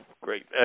Great